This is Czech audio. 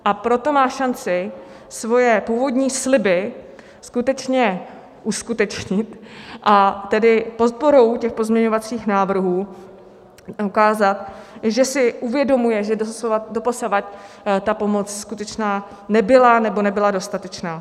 A proto má šanci svoje původní sliby skutečně uskutečnit, a tedy podporou těch pozměňovacích návrhů ukázat, že si uvědomuje, že doposud ta pomoc skutečná nebyla, nebo nebyla dostatečná.